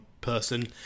person